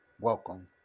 Welcome